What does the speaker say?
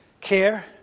care